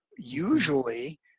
usually